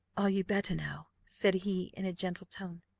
are you better now? said he, in a gentle tone.